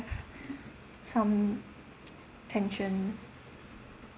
some tension